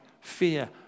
fear